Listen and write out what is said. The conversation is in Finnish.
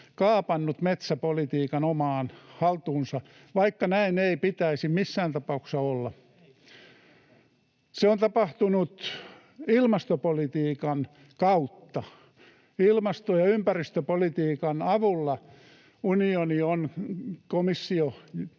kaapannut metsäpolitiikan omaan haltuunsa, vaikka näin ei pitäisi missään tapauksessa olla. Se on tapahtunut ilmastopolitiikan kautta. Ilmasto- ja ympäristöpolitiikan avulla komissio